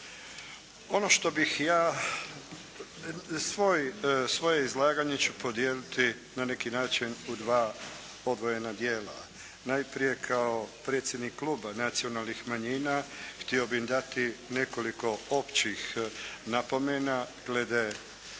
Ono što bih ja, svoje izlaganje ću podijeliti na neki način u dva odvojena dijela, najprije kao predsjednik Kluba nacionalnih manjina, htio bih dati nekoliko općih napomena glede